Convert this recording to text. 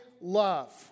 love